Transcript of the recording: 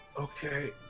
okay